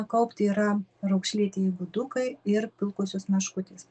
kaupti yra raukšlėtieji gudukai ir pilkosios meškutės